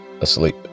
asleep